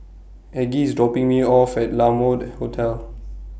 Aggie IS dropping Me off At La Mode Hotel